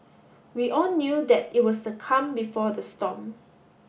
we all knew that it was the calm before the storm